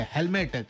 Helmet